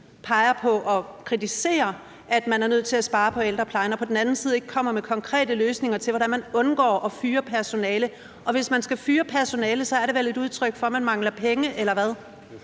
peger på og kritiserer, at man er nødt til at spare på ældreplejen, og på den anden side ikke kommer med konkrete løsninger til, hvordan man undgår at fyre personale. Og hvis man skal fyre personale, er det vel et udtryk for, at man mangler penge, eller hvad?